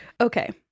okay